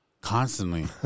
Constantly